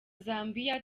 zambia